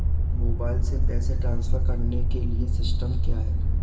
Mobile से पैसे transfer करने के लिए सिस्टम क्या है?